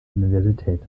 universität